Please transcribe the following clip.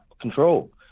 control